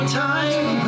time